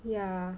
yeah